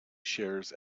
shares